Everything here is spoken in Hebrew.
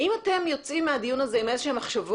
האם אתם יוצאים מהדיון הזה עם איזה שהן מחשבות,